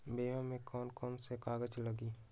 बीमा में कौन कौन से कागज लगी?